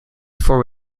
for